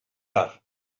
car